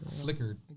flickered